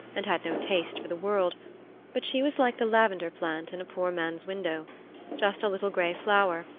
and had no taste for the world but she was like the lavender-plant in a poor man's window just a little gray flower,